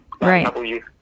right